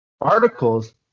articles